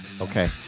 Okay